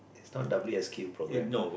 it's W_S_Q program ah